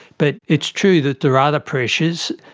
but it's true that there are other pressures.